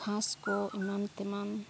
ᱜᱷᱟᱸᱥ ᱠᱚ ᱮᱢᱟᱱ ᱛᱮᱢᱟᱱ